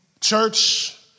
Church